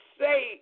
say